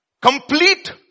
Complete